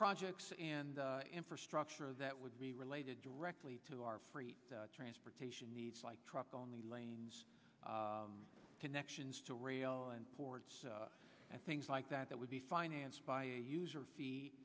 projects and infrastructure that would be related directly to our free transportation needs like truck on the lanes connections to rail and ports and things like that that would be financed by user fee